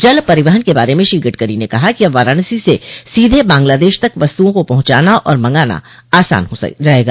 जल परिवहन के बारे में श्री गडकरी ने कहा कि अब वाराणसी से सीधे बांग्लादेश तक वस्तुओं को पहुंचाना और मंगाना आसान हो जायेगा